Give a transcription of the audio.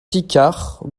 picard